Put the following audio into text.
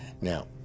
now